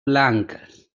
blanques